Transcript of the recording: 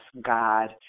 God